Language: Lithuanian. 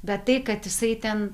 bet tai kad jisai ten